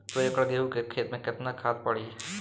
दो एकड़ गेहूँ के खेत मे केतना खाद पड़ी?